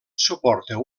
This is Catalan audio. suporta